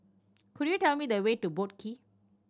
could you tell me the way to Boat Quay